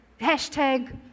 Hashtag